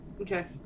Okay